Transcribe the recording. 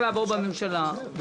לעבור בממשלה,